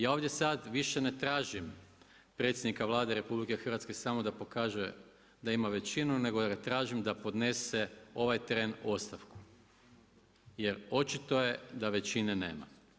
Ja ovdje sad više ne tražim predsjednika Vlade RH samo da pokaže da ima većinu nego ga tražim da podnese ovaj trend ostavku jer očito je da većine nema.